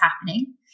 happening